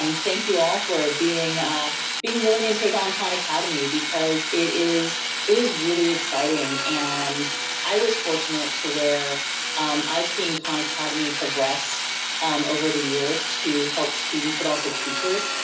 um thank you all for being ah being willing to and take on khan academy, because it is it is really exciting. and i was fortunate to were i've seen khan academy progress over the years to helps students, but also teachers.